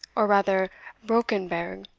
or rather brockenberg,